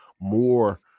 more